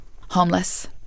homeless